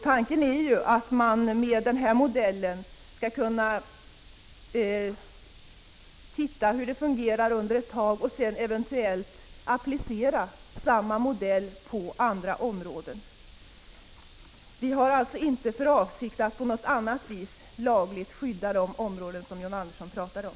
Tanken är att man med den modellen skall kunna se hur det fungerar under en tid och sedan eventuellt applicera samma modell på andra områden. Vi har alltså inte för avsikt att på något annat sätt lagligt skydda de områden som John Andersson talar om.